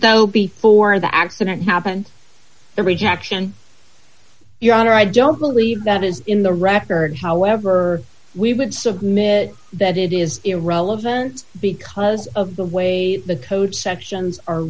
though before the accident happened the rejection your honor i don't believe that is in the record however we would submit that it is irrelevant because of the way the code sections are